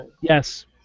Yes